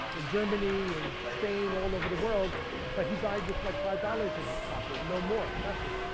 in germany, in spain, all over the world but he died with like five dollars in his pocket, no more, nothing.